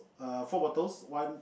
err four bottles one